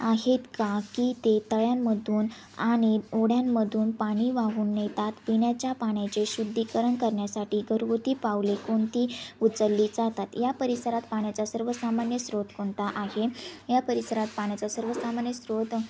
आहेत का की ते तळ्यांमधून आणि ओढ्यांमधून पाणी वाहून नेतात पिण्याच्या पाण्याचे शुद्धीकरण करण्यासाठी घरगुती पावले कोणती उचलली जातात या परिसरात पाण्याचा सर्वसामान्य स्रोत कोणता आहे या परिसरात पाण्याचा सर्वसामान्य स्रोत